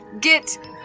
get